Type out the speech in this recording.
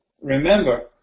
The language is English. Remember